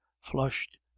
flushed